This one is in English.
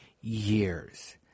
years